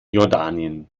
jordanien